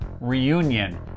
Reunion